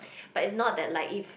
but it's not that like if